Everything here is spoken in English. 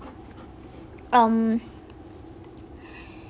um